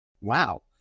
Wow